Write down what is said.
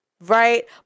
right